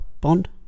Bond